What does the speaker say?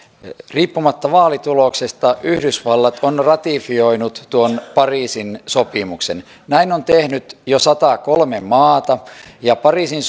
riippumatta vaalituloksesta yhdysvallat on ratifioinut tuon pariisin sopimuksen näin on tehnyt jo satakolme maata ja pariisin